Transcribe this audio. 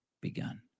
begun